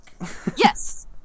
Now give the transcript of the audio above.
Yes